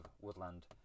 woodland